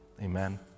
Amen